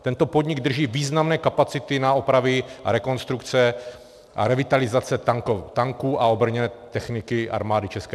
Tento podnik drží významné kapacity na opravy a rekonstrukce a revitalizace tanků a obrněné techniky Armády ČR.